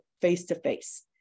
face-to-face